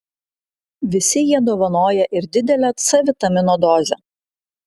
visi jie dovanoja ir didelę c vitamino dozę